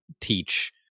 teach